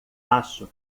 acho